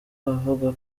avuga